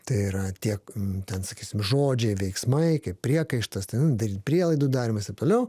tai yra tiek ten sakysim žodžiai veiksmai kaip priekaištas ten daryt prielaidų darymas ir taip toliau